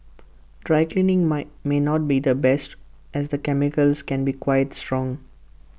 dry cleaning my may not be the best as the chemicals can be quite strong